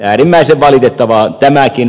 äärimmäisen valitettavaa tämäkin